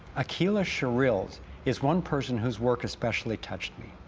aqeela sherills is one person whose work has specially touched me.